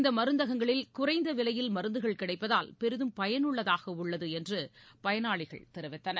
இந்தமருந்தகங்களில் குறைந்தவிலையில் மருந்துகள் கிடைப்பகால் பெரிகம் பயனுள்ளதாகஉள்ளதுஎன்றுபயனாளிகள் தெரிவித்தனர்